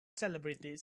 celebrities